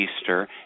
Easter